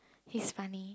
he's funny